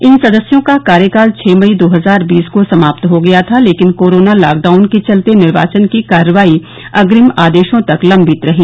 इन सदस्यों का कार्यकाल छह मई दो हजार बीस को समात हो गया था लेकिन कोरोना लॉकडाउन के चलते निर्वाचन की कार्रवाई अग्रिम आदेशों तक लम्बित रही